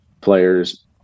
players